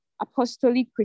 apostolic